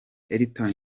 elton